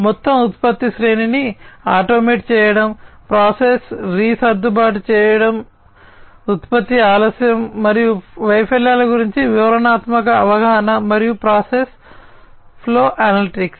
మొత్తం ఉత్పత్తి శ్రేణిని ఆటోమేట్ చేయడం ప్రాసెస్ రీ సర్దుబాటు సౌకర్యం ఉత్పత్తి ఆలస్యం మరియు వైఫల్యాల గురించి వివరణాత్మక అవగాహన మరియు ప్రాసెస్ ఫ్లో అనలిటిక్స్